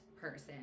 person